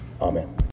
Amen